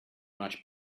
much